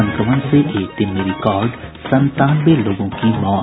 संक्रमण से एक दिन में रिकॉर्ड संतानवे लोगों की मौत